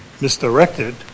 misdirected